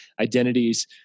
identities